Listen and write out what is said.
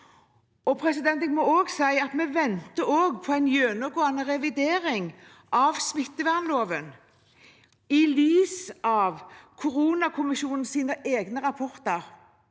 generell hjemmel. Jeg må også si at vi venter på en gjennomgang og revidering av smittevernloven i lys av koronakommisjonens egne rapporter.